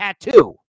tattoo